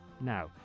now